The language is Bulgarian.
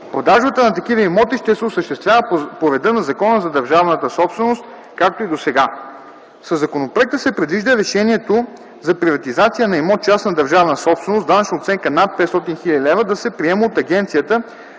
Продажбата на такива имоти ще се осъществява по реда на Закона за държавната собственост, както и досега. Със законопроекта се предвижда решението за приватизация на имота - частна държавна собственост с данъчна оценка над 500 000 лв., да се приема от Агенцията